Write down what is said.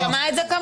הוא שמע את כמונו.